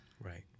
Right